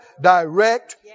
direct